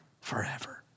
Forever